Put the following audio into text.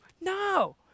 No